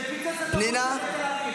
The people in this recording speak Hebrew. שפיצץ את --- בתל אביב.